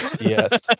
Yes